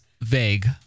vague